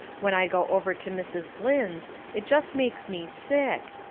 when i go over to mrs. blynn's it just makes me sick.